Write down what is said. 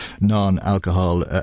non-alcohol